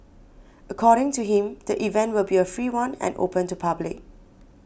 according to him the event will be a free one and open to public